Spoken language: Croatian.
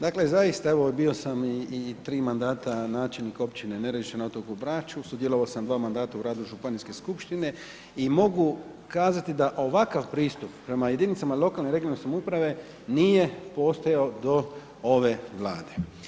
Dakle, zaista evo bio sam i 3 mandata načelnik općine Nerezišće na otoku Braču, sudjelovao sam 2 mandata u radu županijske skupštine i mogu kazati da ovakav pristup prema jedinicama lokalne i regionalne samouprave nije postojao do ove Vlade.